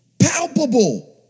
Palpable